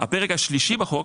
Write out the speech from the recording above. מה פירוש?